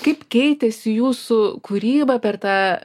kaip keitėsi jūsų kūryba per tą